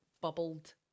bubbled